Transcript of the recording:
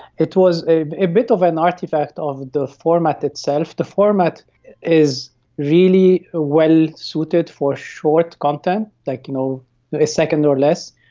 it was a bit of an artefact of the format itself. the format is really ah well suited for short content, like you know a second or less,